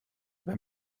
wenn